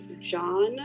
john